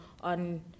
on